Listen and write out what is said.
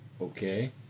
Okay